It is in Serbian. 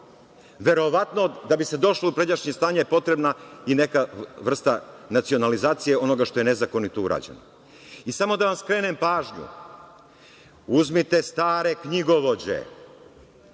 verovatno da bi se došlo u pređašnje stanje je potpuna i neka vrsta nacionalizacije onoga što je nezakonito urađeno. Samo da vam skrenem pažnju, uzmite stare knjigovođe